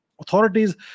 authorities